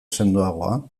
sendoagoa